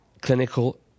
clinical